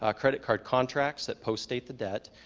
ah credit card contracts that postdate the debt,